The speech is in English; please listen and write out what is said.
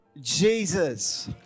Jesus